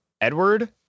Edward